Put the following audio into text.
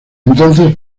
entonces